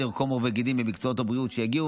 לקרום עור וגידים ממקצועות הבריאות שיגיעו.